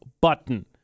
button